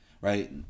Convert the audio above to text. right